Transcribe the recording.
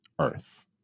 Earth